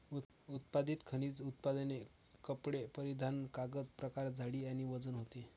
उत्पादित खनिज उत्पादने कपडे परिधान कागद प्रकार जाडी आणि वजन होते